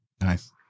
nice